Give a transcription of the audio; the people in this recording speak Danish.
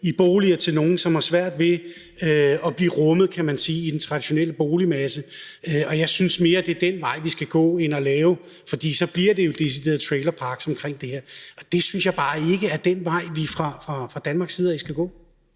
i boliger til nogle, som har svært ved at blive rummet, kan man sige, i den traditionelle boligmasse, og jeg synes mere, det er den vej, vi skal gå. For ellers bliver det jo deciderede trailerparks, og det synes jeg bare ikke er den vej vi fra Danmarks side af skal gå.